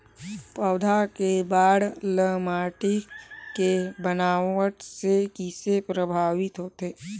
पौधा के बाढ़ ल माटी के बनावट से किसे प्रभावित होथे?